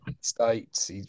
States